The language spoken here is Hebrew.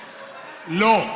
לא.